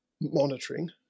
monitoring